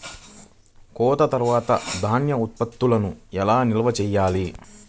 కోత తర్వాత ధాన్య ఉత్పత్తులను ఎలా నిల్వ చేయాలి?